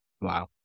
wow